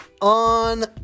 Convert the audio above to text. on